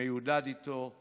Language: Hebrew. אני מיודד איתו.